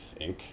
Inc